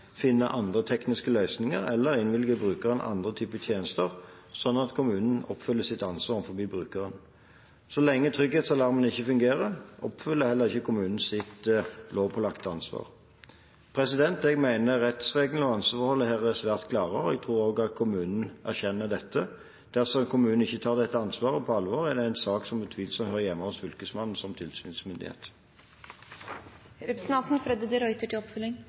finne andre tekniske løsninger eller innvilge brukeren andre typer tjenester, sånn at kommunen oppfyller sitt ansvar overfor brukeren. Så lenge trygghetsalarmen ikke fungerer, oppfyller heller ikke kommunen sitt lovpålagte ansvar. Jeg mener rettsregelen og ansvarsforholdet er svært klare, og jeg tror også kommunen erkjenner dette. Dersom kommunen ikke tar dette ansvaret på alvor, er det en sak som utvilsomt hører hjemme hos Fylkesmannen som tilsynsmyndighet. Jeg er glad for statsrådens klare og tydelige svar, og jeg tror at også andre kommuner bør ta de